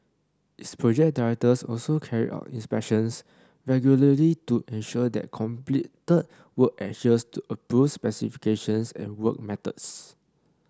its project directors also carry out inspections regularly to ensure that completed work adheres to approved specifications and work methods